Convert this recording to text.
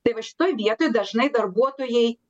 tai va šitoj vietoj dažnai darbuotojai